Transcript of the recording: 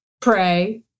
Pray